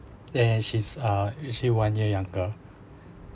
and she's uh actually one year younger